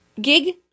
gig